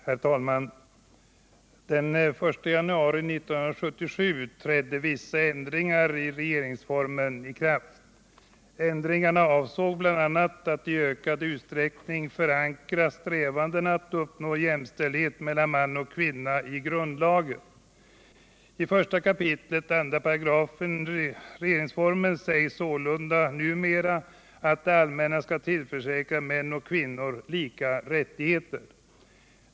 Herr talman! Den 1 januari 1977 trädde vissa ändringar i regeringsformen i kraft. Ändringarna avsåg bl.a. att i ökad utsträckning förankra strävandena att uppnå jämlikhet mellan man och kvinna i grundlagen. I 1 kap. 2§ regeringsformen sägs sålunda numera, att det allmänna skall tillförsäkra män och kvinnor lika rättigheter.